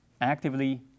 actively